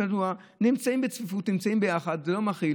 הם נמצאים בצפיפות, נמצאים ביחד, זה לא מכיל.